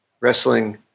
wrestling